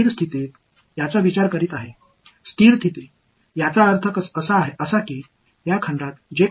இப்போது இங்கே ஒரே ஒரு குழாய் மட்டுமே உள்ளது இது நிலையான நிலையில் இருக்கிறது என்று கற்பனை செய்வோம்